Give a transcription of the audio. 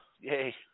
Yay